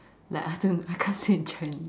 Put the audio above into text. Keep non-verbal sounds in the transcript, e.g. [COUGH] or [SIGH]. like I still I can't sit in the chair [LAUGHS]